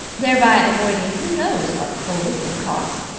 thereby avoiding who knows what colds and coughs.